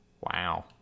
Wow